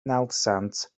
nawddsant